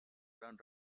gran